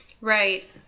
Right